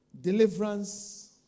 deliverance